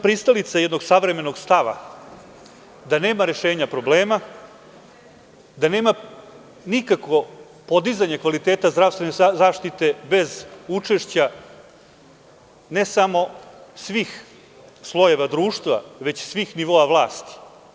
Pristalica sam jednog savremenog stava, da nema rešenja problema, da nema nikakvo podizanje kvaliteta zdravstvene zaštite bez učešća, ne samo svih slojeva društva, već svih nivoa vlasti.